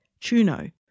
Chuno